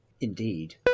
Indeed